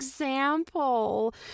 example